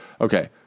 Okay